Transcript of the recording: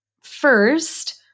first